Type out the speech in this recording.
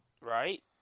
right